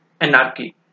anarchy